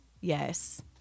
Yes